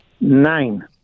nine